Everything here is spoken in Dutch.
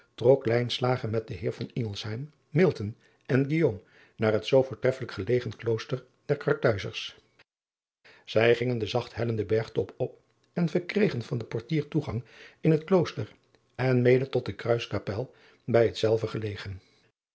met den eer en naar het zoo voortreffelijk gelegen klooster der arthuizers ij gingen den zacht hellenden bergtop op en verkregen van den ortier toegang in het klooster en mede tot de kruiskapel bij hetzelve gelegen